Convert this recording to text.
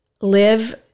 Live